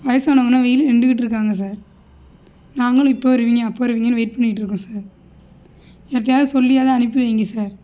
வயதானவங்கலாம் வெயிலில் நின்றுகிட்டு இருக்காங்க சார் நாங்களும் இப்போ வருவீங்க அப்போ வருவீங்கன்னு வெயிட் பண்ணிகிட்டு இருக்கோம் சார் யார்ட்டேயாவது சொல்லியாவது அனுப்பி வைங்க சார்